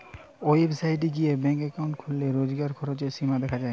website গিয়ে bank account খুললে রোজকার খরচের সীমা দেখা যায়